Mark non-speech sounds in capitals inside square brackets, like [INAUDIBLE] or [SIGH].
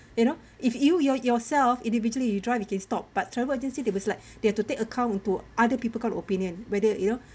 you know if you your yourself individually you drive you can stop but travel agency they was like [BREATH] they have to take account into other people kind of opinion whether you know